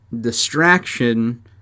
distraction